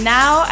now